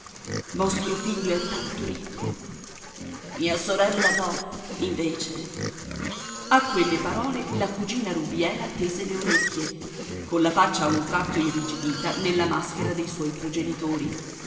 vostro figlio è tanto ricco mia sorella no invece a quelle parole la cugina rubiera tese le orecchie colla faccia a un tratto irrigidita nella maschera dei suoi progenitori